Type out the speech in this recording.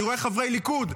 אני רואה חברי ליכוד,